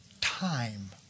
time